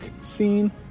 scene